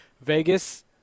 vegas